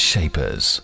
Shapers